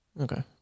Okay